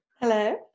Hello